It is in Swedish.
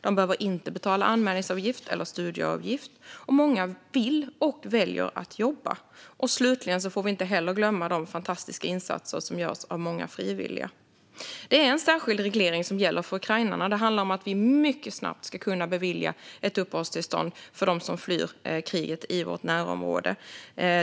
De behöver inte betala anmälningsavgift eller studieavgift. Många vill jobba och väljer att göra det. Slutligen får vi inte heller glömma de fantastiska insatser som görs av många frivilliga. Det är en särskild reglering som gäller för ukrainarna. Det handlar om att vi mycket snabbt ska kunna bevilja uppehållstillstånd för dem som flyr kriget i vårt närområde.